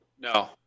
No